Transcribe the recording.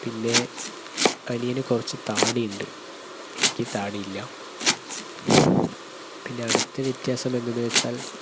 പിന്നെ അനിയന് കുറച്ച് താടി ഉണ്ട് എനിക്ക് താടി ഇല്ല പിന്നെ അടുത്ത വ്യത്യാസം എന്തെന്നുവെച്ചാൽ